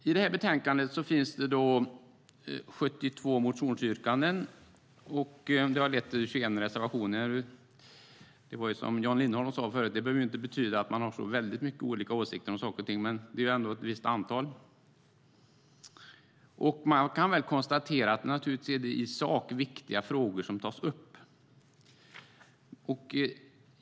I det här betänkandet finns det 72 motionsyrkanden, och det har lett till 21 reservationer. Som Jan Lindholm sade förut behöver det inte betyda att man har så väldigt olika åsikter om saker och ting, men det är ändå ett visst antal. Man kan konstatera att det i sak visst är viktiga frågor som tas upp.